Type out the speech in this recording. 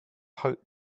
heart